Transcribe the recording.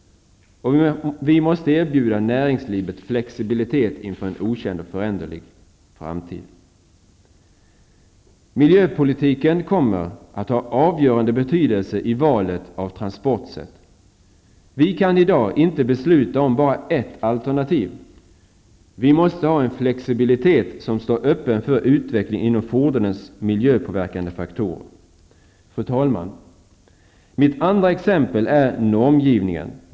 Vi måste erbjuda näringslivet flexibilitet inför en okänd och föränderlig framtid. Miljöpolitiken kommer att ha en avgörande betydelse i valet av transportsätt. Vi kan i dag inte besluta om bara ett alternativ. Vi måste ha en flexibilitet som står öppen för utveckling inom fordonens miljöpåverkande faktorer. Fru talman! Mitt andra exempel är normgivning.